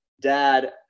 dad